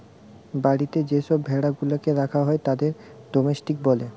বাড়িতে যে সব ভেড়া গুলাকে রাখা হয় তাদের ডোমেস্টিক বলে